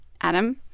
Adam